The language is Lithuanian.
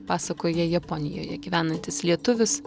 pasakoja japonijoje gyvenantis lietuvis